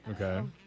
Okay